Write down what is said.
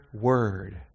word